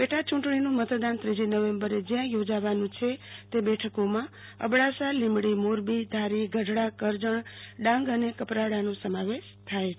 પેટાચૂંટણીનું મતદાન ત્રીજી નવેમ્બર જ્યાં યોજાવાનું છે તે બેઠકોમાં અબડાસા લીંબડી મોરબી ધારી ગઢડા કરજણ ડાંગ અને કપરાડાનો સમાવેશ થાય છે